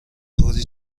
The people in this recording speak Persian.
طوری